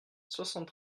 soixante